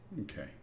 Okay